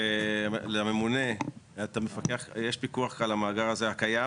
ולממונה, יש פיקוח על המאגר הקיים,